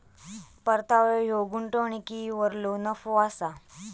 परतावो ह्यो गुंतवणुकीवरलो नफो असा